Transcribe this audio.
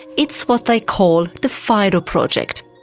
it's what they call the fido project.